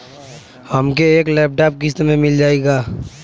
हमके एक लैपटॉप किस्त मे मिल जाई का?